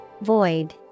Void